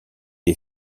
est